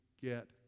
get